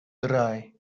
drei